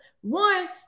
one